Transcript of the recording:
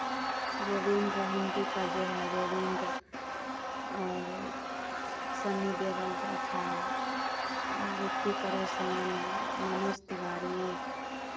गोविंद हिन्दी का जो है गोविंद और वो सन्नी देवल जो था आ रितिक रौशन मनोज तिवारी